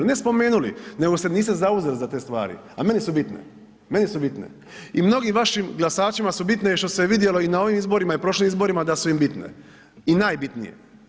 Ne spomenuli, nego se niste zauzeli za te stvari, a meni su bitne, meni su bitne i mnogim vašim glasačima su bitne što se je vidjelo i na ovim izborima i prošlim izborima da su im bitne i najbitnije.